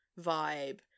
vibe